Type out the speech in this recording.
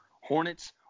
Hornets